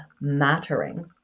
mattering